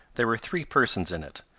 there were three persons in it,